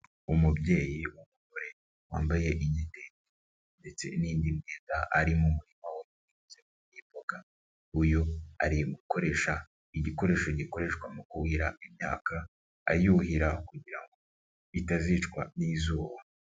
Umubyeyi w'umugore wambaye igitenge ndetse n'indi myenda ari mu murima uhinzemo imboga. Uyu ari gukoresha igikoresho gikoreshwa mu kuhira imyaka ayuhira kugira ngo bitazicwa n'izuba.